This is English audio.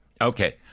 Okay